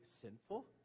sinful